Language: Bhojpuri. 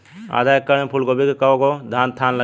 आधा एकड़ में फूलगोभी के कव गो थान लागी?